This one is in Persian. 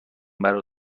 برا